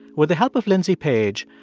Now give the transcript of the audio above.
with the help of lindsay page,